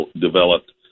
developed